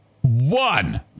One